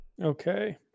Okay